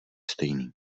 stejný